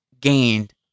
Gained